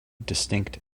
distinct